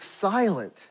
silent